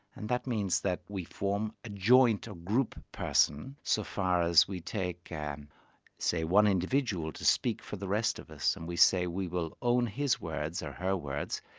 and that means that we form a joint, a group person, so far as we take and say, one individual to speak for the rest of us, and we say, we will own his words, or her words,